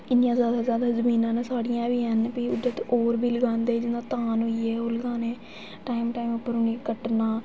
इ'न्नियां जादा जादा जमीनां न साढ़ियां बी हैन भी उद्धर होर बी लगांदे जि'यां धान होइये ओह् लगाने टाइम टाइम उप्पर उ'नें ई कट्टना